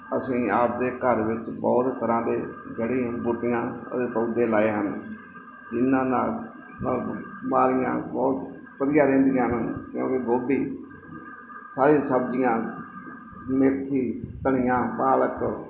ਅਸੀਂ ਆਪਣੇ ਘਰ ਵਿੱਚ ਬਹੁਤ ਤਰ੍ਹਾਂ ਦੇ ਜੜ੍ਹੀ ਬੂਟੀਆਂ ਅਤੇ ਪੌਦੇ ਲਗਾਏ ਹਨ ਜਿਹਨਾਂ ਨਾਲ ਬਹੁਤ ਵਧੀਆ ਰਹਿੰਦੀਆਂ ਹਨ ਕਿਉਂਕਿ ਗੋਭੀ ਸਾਰੀ ਸਬਜ਼ੀਆਂ ਮੇਥੀ ਧਨੀਆਂ ਪਾਲਕ